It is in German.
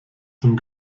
zum